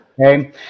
okay